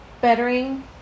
bettering